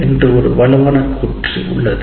என்று ஒரு வலுவான கூற்று உள்ளது